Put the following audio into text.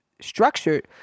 structured